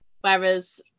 whereas